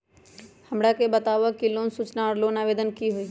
हमरा के बताव कि लोन सूचना और लोन आवेदन की होई?